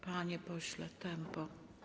Panie pośle, tempo.